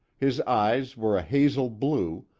his eyes were a hazel blue,